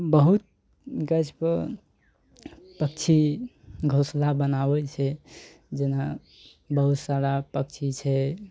बहुत गाछपर पक्षी घोसला बनाबय छै जेना बहुत सारा पक्षी छै